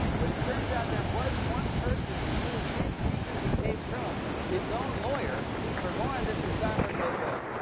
but it turns out there was one person who really did secretly tape trump his own lawyer. for more on this, it's time for a closer look.